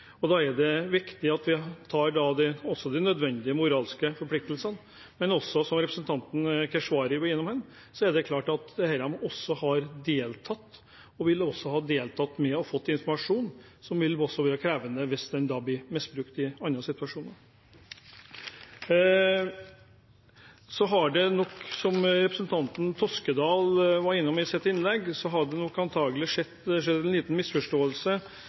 og da er det viktig at vi også tar de nødvendige moralske forpliktelsene. Men det er også klart, som representanten Keshvari var innom, at når disse har deltatt, har de også deltatt ved å ha fått informasjon, noe som vil være krevende hvis dette blir misbrukt i andre situasjoner. Som representanten Toskedal var innom i sitt innlegg, så har det nok antagelig skjedd en liten misforståelse